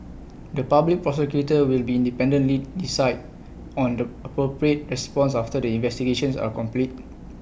the Public Prosecutor will be independently decide on the appropriate response after the investigations are complete